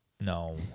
No